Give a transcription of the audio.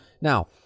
Now